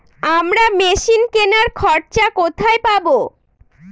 আমরা মেশিন কেনার খরচা কোথায় পাবো?